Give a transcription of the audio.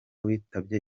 witabye